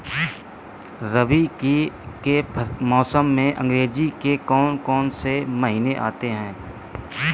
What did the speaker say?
रबी के मौसम में अंग्रेज़ी के कौन कौनसे महीने आते हैं?